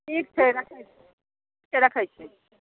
ठीक छै रखैत छी छै रखैत छी